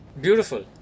beautiful